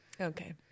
Okay